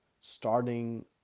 starting